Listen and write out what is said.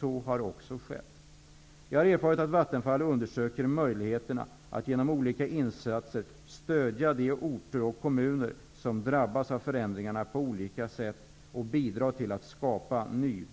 Så har också skett. Jag har erfarit att Vattenfall undersöker möjligheterna att genom olika insatser stödja de orter och kommuner som drabbas av förändringarna på olika sätt och att bidra till att skapa